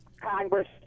Congress